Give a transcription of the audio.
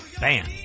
Bam